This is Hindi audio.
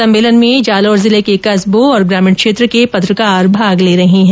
सम्मेलन में जालोर जिले के कस्बों और ग्रामीण क्षेत्र के पत्रकार भाग ले रहे है